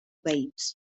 veïns